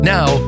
Now